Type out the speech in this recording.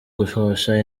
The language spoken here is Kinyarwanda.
guhosha